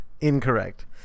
Incorrect